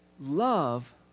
love